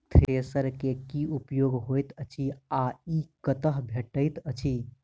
Thresher केँ की उपयोग होइत अछि आ ई कतह भेटइत अछि?